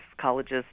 colleges